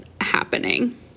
happening